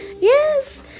Yes